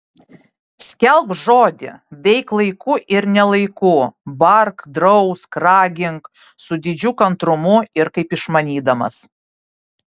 skelbk žodį veik laiku ir ne laiku bark drausk ragink su didžiu kantrumu ir kaip išmanydamas